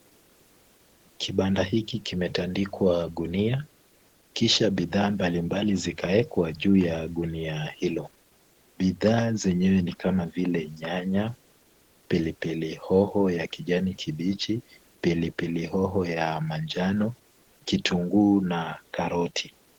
Kibanda hiki kimetandikwa gunia kisha bidhaa mbalimbali zikaekwa juu ya gunia hilo. Bidhaa zenyewe ni kama vile nyanya, pilipili hoho ya kijani kibichi, pilipili hoho ya manjano, kitunguu na karoti.